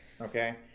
okay